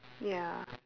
ya